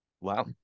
Wow